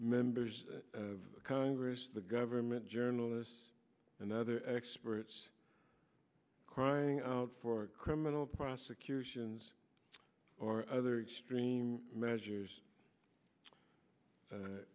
members of congress the government journalists and other experts crying out for criminal prosecutions or other extreme measures